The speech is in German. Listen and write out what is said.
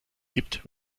gibt